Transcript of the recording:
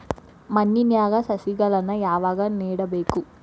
ಮಣ್ಣಿನ್ಯಾಗ್ ಸಸಿಗಳನ್ನ ಯಾವಾಗ ನೆಡಬೇಕು?